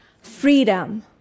freedom